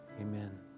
amen